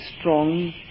strong